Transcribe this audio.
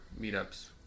meetups